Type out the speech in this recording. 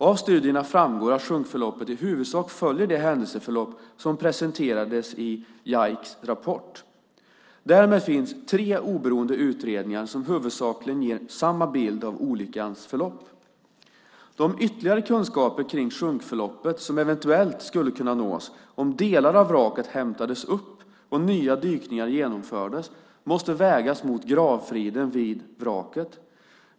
Av studierna framgår att sjunkförloppet i huvudsak följer det händelseförlopp som presenterades i JAIC:s rapport. Därmed finns tre oberoende utredningar som huvudsakligen ger samma bild av olyckans förlopp. De ytterligare kunskaper kring sjunkförloppet som eventuellt skulle kunna nås om delar av vraket hämtades upp och nya dykningar genomfördes måste vägas mot gravfriden vid vraket.